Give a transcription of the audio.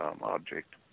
object